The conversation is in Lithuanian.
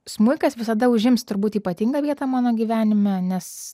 smuikas visada užims turbūt ypatingą vietą mano gyvenime nes